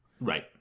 Right